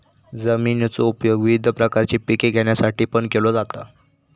जमिनीचो उपयोग विविध प्रकारची पिके घेण्यासाठीपण केलो जाता